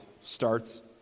starts